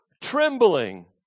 trembling